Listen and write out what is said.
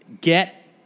Get